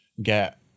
get